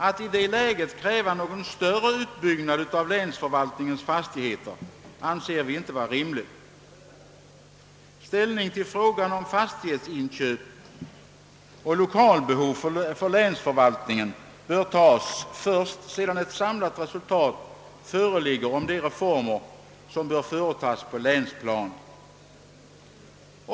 Att i detta läge kräva någon större utbyggnad av länsförvaltningens fastigheter anser vi inte vara rimligt. Ställning till frågan om fastighetsinköp och lokalbehov för länsförvaltningen bör tas först sedan ett samlat resultat föreligger om de reformer som bör företas på länsplanet.